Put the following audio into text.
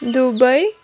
Dubai